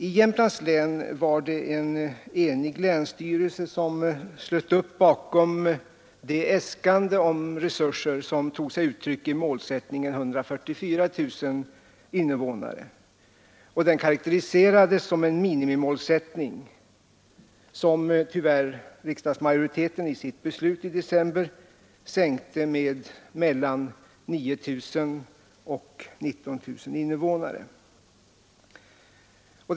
I Jämtlands län var det en enig länsstyrelse som slöt upp bakom det äskande om resurser som tog sig uttryck i målsättningen 144 000 invånare. Detta karakteriserades som en minimimålsättning, vilken riksdagsmajoriteten tyvärr i sitt beslut i december sänkte med mellan 9 000 och 19 000 invånare.